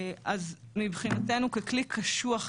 מבחינתנו ככלי קשוח,